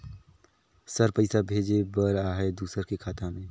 Sir पइसा भेजे बर आहाय दुसर के खाता मे?